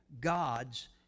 God's